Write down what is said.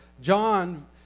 John